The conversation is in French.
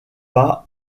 pas